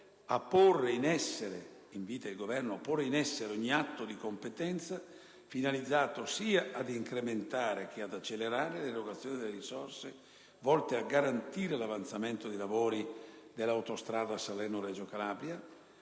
a porre in essere ogni atto di competenza finalizzato sia ad incrementare, sia ad accelerare l'erogazione delle risorse volte a garantire l'avanzamento dei lavori dell'autostrada Salerno-Reggio Calabria,